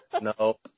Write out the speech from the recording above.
No